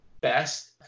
Best